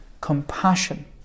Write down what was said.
compassion